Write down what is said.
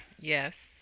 yes